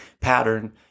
pattern